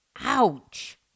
Ouch